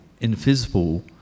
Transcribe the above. invisible